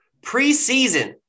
preseason